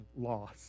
loss